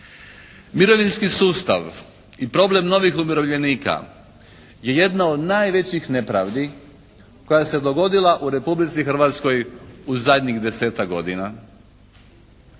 Mirovinski sustav i problem novih umirovljenika je jedna od najvećih nepravdi koja se dogodila u Republici Hrvatskoj u zadnjih desetak godina